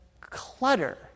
clutter